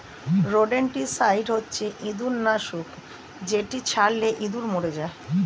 rodenticide হচ্ছে ইঁদুর নাশক যেটি ছড়ালে ইঁদুর মরে যায়